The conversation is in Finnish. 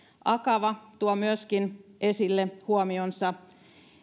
akava tuo myöskin esille huomionsa